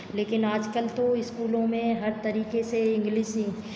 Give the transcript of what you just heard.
लेकिन आजकल तो स्कूलों में हर तरीके से इंग्लिश ही